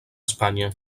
espanya